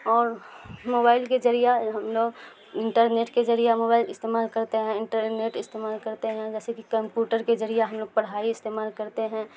اور موبائل کے ذریعہ ہم لوگ انٹرنیٹ کے ذریعہ موبائل استعمال کرتے ہیں انٹرنیٹ استعمال کرتے ہیں جیسے کہ کمپوٹر کے ذریعہ ہم لوگ پڑھائی استعمال کرتے ہیں